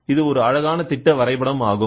இது ஒரு அழகான திட்ட வரைபடம் ஆகும்